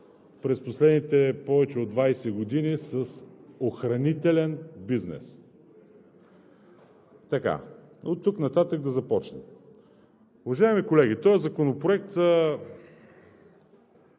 през последните повече от 20 години с охранителен бизнес! Оттук нататък да започнем. Уважаеми колеги, в тезите, които